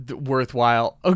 worthwhile